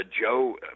Joe